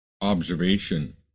observation